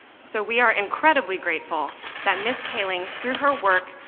so we are incredibly grateful that ms. kaling, through her work,